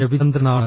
രവിചന്ദ്രനാണ്